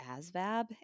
asvab